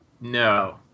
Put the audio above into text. No